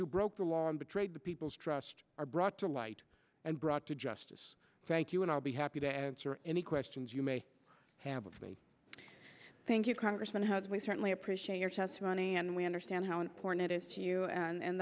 who broke the law and betrayed the people's trust are brought to light and brought to justice thank you and i'll be happy to answer any questions you may have with me thank you congressman house we certainly appreciate your testimony and we understand how important it is to you and